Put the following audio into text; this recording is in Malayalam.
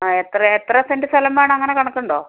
ആ എത്ര എത്ര സെൻറ്റ് സ്ഥലം വേണം അങ്ങനെ കണക്കുണ്ടോ